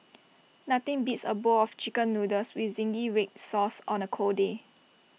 nothing beats A bowl of Chicken Noodles with Zingy Red Sauce on A cold day